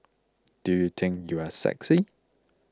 do you think you are sexy